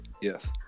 Yes